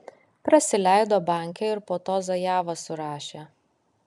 prasileido bankę ir po to zajavą surašė